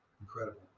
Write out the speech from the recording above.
Incredible